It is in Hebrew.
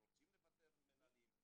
רוצים לפטר מנהלים,